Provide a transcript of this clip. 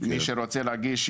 מי שרוצה להגיש,